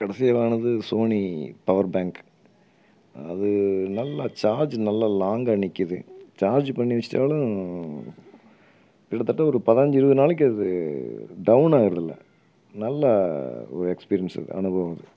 கடைசியாக வாங்கினது Sony power bank அது நல்லா சார்ஜ் நல்லா லாங்காக நிற்கிது சார்ஜ் பண்ணி வெச்சுட்டாலும் கிட்டத்தட்ட ஒரு பதினஞ்சு இருபது நாளைக்கு அது டவுனாகிறதில்ல நல்லா ஒரு எக்பீரியன்ஸ் இருக்கு அனுபவம் இருக்கு